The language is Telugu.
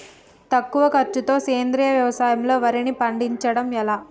తక్కువ ఖర్చుతో సేంద్రీయ వ్యవసాయంలో వారిని పండించడం ఎలా?